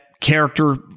character